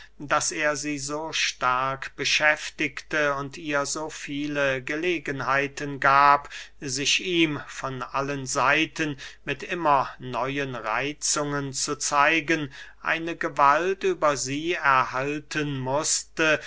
daß er sie so stark beschäftigte und ihr so viele gelegenheiten gab sich ihm von allen seiten mit immer neuen reitzungen zu zeigen eine gewalt über sie erhalten mußte